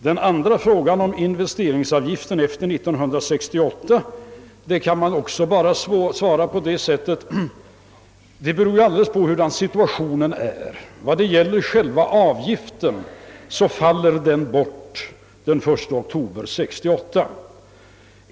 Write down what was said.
Den andra frågan, om investeringsavgiften skall bibehållas efter 1968, kan man bara besvara så, att det alldeles beror på hurudan situationen då är. Själva avgiften faller bort den 1 oktober 1968.